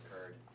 occurred